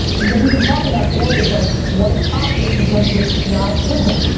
what we've been talking about today is like, what if optic becomes it not prizm?